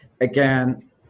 again